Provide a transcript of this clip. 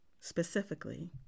specifically